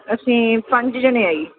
ਅਸੀਂ ਪੰਜ ਜਣੇ ਆ ਜੀ